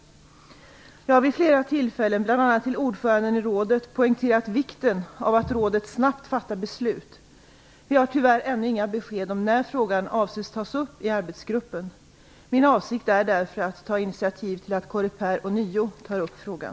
Jag har vid flera tillfällen, bl.a. till ordföranden i rådet, poängterat vikten av att rådet snabbt fattar beslut. Vi har tyvärr ännu inga besked om när frågan avses att tas upp i arbetsgruppen. Min avsikt är därför att ta initiativ till att Coreper ånyo tar upp frågan.